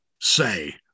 say